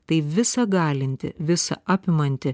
tai visa galinti visa apimanti